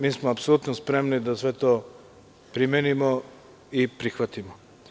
Mi smo apsolutno spremni da sve to primenimo i prihvatimo.